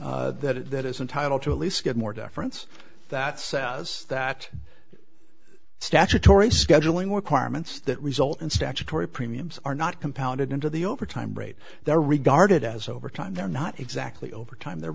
rule that it has entitle to at least get more deference that says that statutory scheduling requirements that result in statutory premiums are not compounded into the overtime rate they're regarded as overtime they're not exactly overtime they're